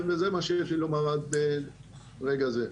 תודה.